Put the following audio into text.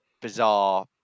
bizarre